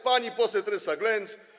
Pani poseł Teresa Glenc.